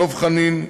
דב חנין,